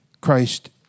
Christ